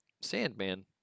Sandman